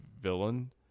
villain